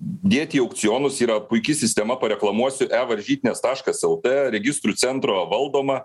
dėti į aukcionus yra puiki sistema pareklamuosiu e varžytinės taškas el tė registrų centro valdoma